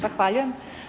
Zahvaljujem.